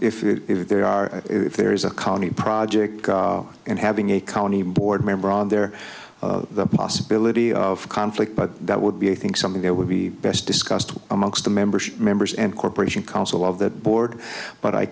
of if if there are if there is a county project and having a county board member on there the possibility of conflict but that would be i think something that would be best discussed amongst the membership members and corporation council of the board but i